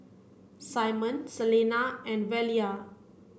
Simon Selena and Velia